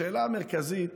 השאלה המרכזית